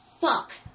fuck